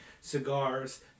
cigars